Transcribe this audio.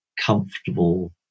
comfortable